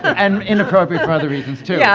and inappropriate for other reasons too. yeah,